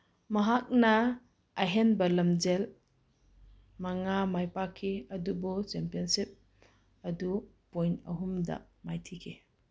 ꯃꯍꯥꯛꯅ ꯑꯍꯦꯟꯕ ꯂꯝꯖꯦꯜ ꯃꯉꯥ ꯃꯥꯏ ꯄꯥꯛꯈꯤ ꯑꯗꯨꯕꯨ ꯆꯦꯝꯄꯤꯌꯟꯁꯤꯞ ꯑꯗꯨ ꯄꯣꯏꯟ ꯑꯍꯨꯝꯗ ꯃꯥꯏꯊꯤꯈꯤ